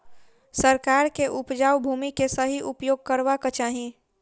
सरकार के उपजाऊ भूमि के सही उपयोग करवाक चाही